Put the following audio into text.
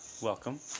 Welcome